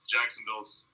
Jacksonville's